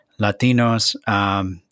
Latinos